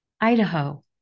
Idaho